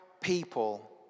people